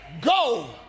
Go